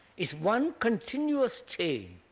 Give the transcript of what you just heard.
is one continuous chain,